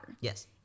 Yes